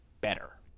better